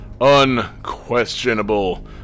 Unquestionable